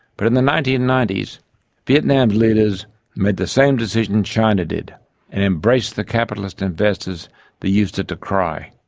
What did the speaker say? but in the nineteen ninety s vietnam's leaders made the same decision china did and embraced the capitalist investors they used to decry.